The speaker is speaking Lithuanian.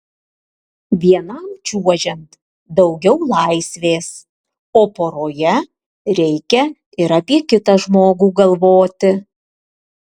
vienam čiuožiant daugiau laisvės o poroje reikia ir apie kitą žmogų galvoti